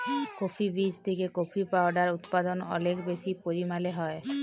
coffee বীজ থেকে coffee powder উদপাদল অলেক বেশি পরিমালে হ্যয়